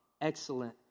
excellent